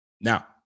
Now